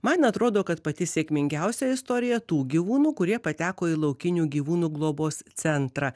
man atrodo kad pati sėkmingiausia istorija tų gyvūnų kurie pateko į laukinių gyvūnų globos centrą